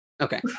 Okay